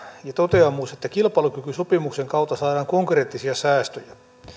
ja toteamus että kilpailukykysopimuksen kautta saadaan konkreettisia säästöjä